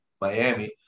Miami